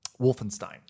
wolfenstein